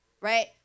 right